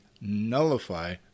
nullify